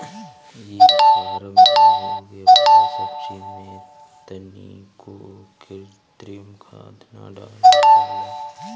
इ फार्म में उगे वाला सब्जी में तनिको कृत्रिम खाद ना डालल जाला